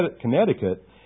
Connecticut